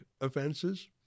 offenses